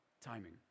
Timing